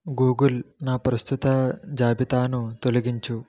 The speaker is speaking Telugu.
గూగుల్ నా ప్రస్తుత జాబితాను తొలగించు